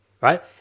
right